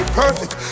perfect